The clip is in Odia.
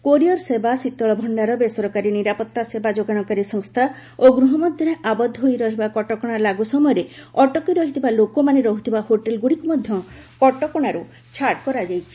କୋରିଅର ସେବା ଶୀତଳ ଭଣ୍ଡାର ବେସରକାରୀ ନିରାପତ୍ତା ସେବା ଯୋଗାଣକାରୀ ସଂସ୍ଥା ଓ ଗୃହ ମଧ୍ୟରେ ଆବଦ୍ଧ ହୋଇ ରହିବା କଟକଣା ଲାଗୁ ସମୟରେ ଅଟକି ରହିଥିବା ଲୋକମାନେ ରହୁଥିବା ହୋଟେଲ୍ଗୁଡ଼ିକୁ ମଧ୍ୟ କଟକଣାରୁ ଛାଡ଼ କରାଯାଇଛି